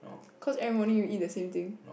cause every morning you eat the same thing